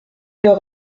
leur